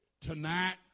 tonight